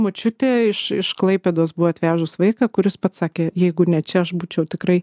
močiutė iš iš klaipėdos buvo atvežus vaiką kuris pats sakė jeigu ne čia aš būčiau tikrai